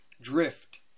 drift